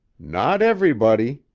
not everybody,